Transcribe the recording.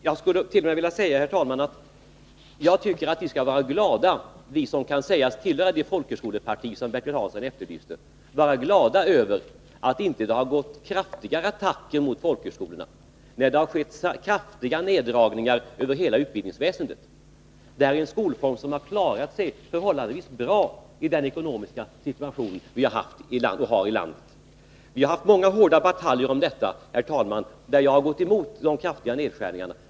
Jag tycker t.o.m., herr talman, att vi skall vara glada, vi som kan sägas tillhöra det folkhögskoleparti som Bertil Hansson efterlyste, över att det inte har gjorts kraftigare attacker mot folkhögskolan när det har skett stora neddragningar över hela utbildningsväsendet. Den är en skolform som har klarat sig förhållandevis bra i den ekonomiska situation vi har i landet. Vi har haft många hårda bataljer om detta, där jag gått emot de kraftiga nedskärningarna.